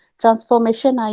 transformation